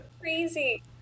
Crazy